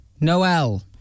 Noel